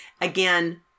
again